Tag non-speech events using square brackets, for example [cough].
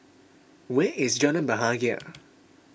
where is Jalan Bahagia [noise]